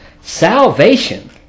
Salvation